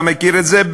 אתה מכיר את זה,